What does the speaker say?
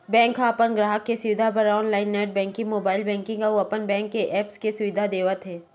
bank ह अपन गराहक के सुबिधा बर online net banking, mobile banking अउ अपन बेंक के ऐप्स के सुबिधा देवत हे